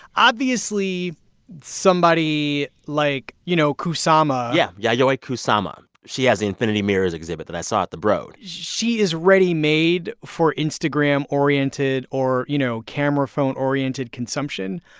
obviously somebody like, you know, kusama. yeah, yeah yayoi kusama she has the infinity mirrors exhibit that i saw at the broad she is ready-made for instagram-oriented or, you know, camera phone-oriented consumption.